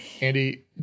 Andy